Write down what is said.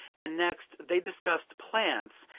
and next they discussed plants,